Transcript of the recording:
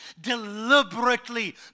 deliberately